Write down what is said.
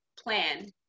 plan